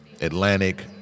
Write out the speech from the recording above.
Atlantic